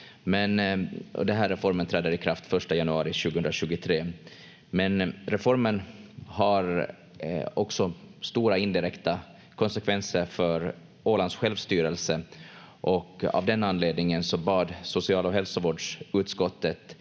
Den här reformen träder i kraft första januari 2023. Men reformen har också stora indirekta konsekvenser för Ålands självstyrelse, och av den anledningen bad social- och hälsovårdsutskottet